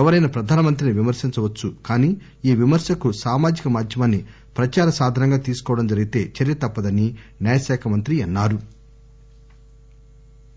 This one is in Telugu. ఎవరైనా ప్రధానమంత్రిని విమర్శించవచ్చు కానీ ఈ విమర్శకు సామాజిక మాధ్యమాన్ని ప్రదార సాధనంగా తీసుకోవడం జరిగితే చర్య తప్పదని న్యాయ శాఖ మంత్రి అన్నారు